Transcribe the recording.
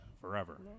forever